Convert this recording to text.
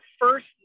first